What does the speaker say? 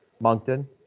Moncton